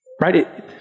Right